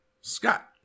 Scott